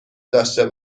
داشته